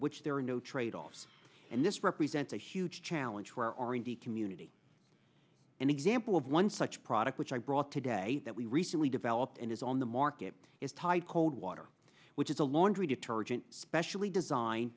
which there are no tradeoffs and this represents a huge challenge for r and d community an example of one such product which i brought today that we recently developed and is on the market is tied coldwater which is a laundry detergent specially designed